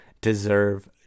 deserve